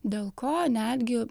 dėl ko netgi